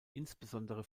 insbesondere